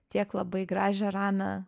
tiek labai gražią ramią